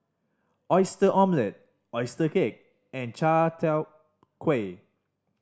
Oyster Omelette oyster cake and Chai Tow Kuay